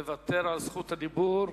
מוותר על זכות הדיבור.